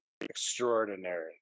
extraordinary